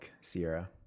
Sierra